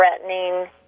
threatening